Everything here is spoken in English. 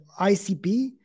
ICP